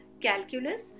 Calculus